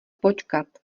počkat